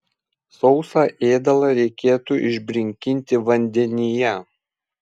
sausą ėdalą reikėtų išbrinkinti vandenyje